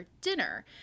dinner